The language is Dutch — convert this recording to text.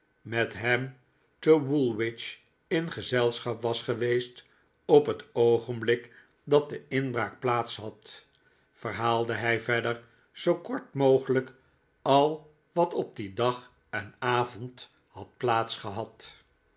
met hem te woolwich in gezelschap was geweest op het oogenblik dat de inbraak plaats had verhaalde hij verder zoo kort mogelijk al wat op dien dag en avond had